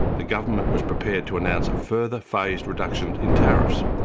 the government was prepared to announce a further phased reduction in tariffs,